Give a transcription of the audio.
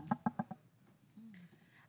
אני מקווה שזה לא הוראת שעה,